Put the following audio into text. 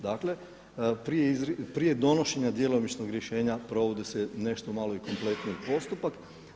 Dakle prije donošenja djelomičnog rješenja provode se nešto malo i kompletniji postupak.